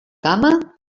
cama